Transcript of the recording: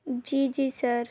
جی جی سر